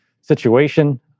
situation